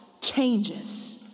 changes